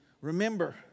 remember